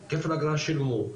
כפל אגרה שילמו,